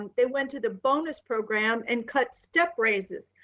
and they went to the bonus program and cut step raises,